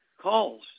calls